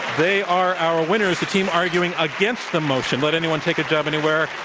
they are our winners, the team arguing against the motion, let anyone take a job anywhere,